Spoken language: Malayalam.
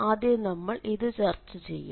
ആദ്യം നമ്മൾ ഇത് ചർച്ച ചെയ്യും